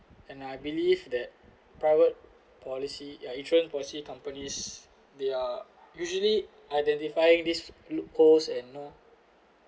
and I believe that private policy yeah insurance policy companies they are usually identifying these loopholes and knows